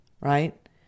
Right